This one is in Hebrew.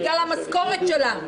בגלל המשכורת שלה.